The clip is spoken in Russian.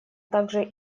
также